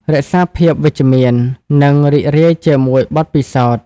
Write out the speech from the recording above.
រក្សាភាពវិជ្ជមាន និងរីករាយជាមួយបទពិសោធន៍។